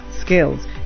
skills